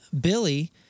Billy